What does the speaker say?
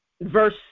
Verse